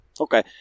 Okay